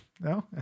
No